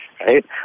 right